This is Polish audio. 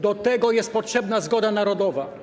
Do tego jest potrzebna zgoda narodowa.